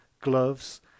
Gloves